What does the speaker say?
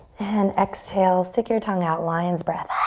and exhale, stick your tongue out, lion's breath.